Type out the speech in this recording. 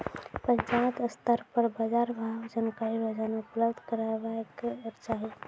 पंचायत स्तर पर बाजार भावक जानकारी रोजाना उपलब्ध करैवाक चाही?